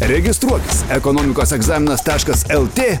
registruokis ekonomikos egzaminas taškas el tė